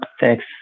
Thanks